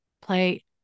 play